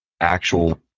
actual